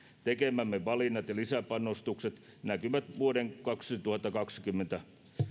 tekemämme valinnat ja lisäpanostukset näkyvät vuoden kaksituhattakaksikymmentä